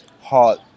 hot